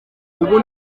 ubu